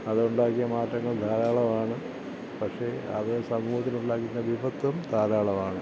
അതുണ്ടാക്കിയ മാറ്റങ്ങൾ ധാരാളമാണ് പക്ഷെ അത് സമൂഹത്തിലുണ്ടാക്കുന്ന വിപത്തും ധാരാളമാണ്